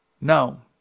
no